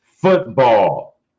football